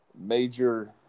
major